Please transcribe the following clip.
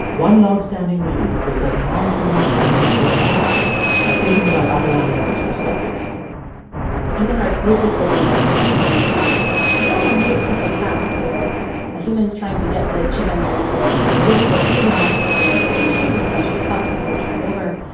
one longstanding belief was that nonhuman primates were bad at thinking about other animals' perspectives even our closest living relative, chimpanzees, had failed on really simple tasks, where a human's trying to get the chimpanzee to to look for food in one particular location. and there's a bunch of cups that are turned over.